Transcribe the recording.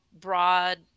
broad